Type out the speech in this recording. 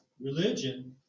religion